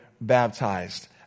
baptized